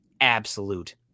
absolute